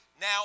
now